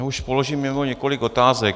Já už položím jen několik otázek.